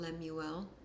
Lemuel